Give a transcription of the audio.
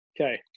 Okay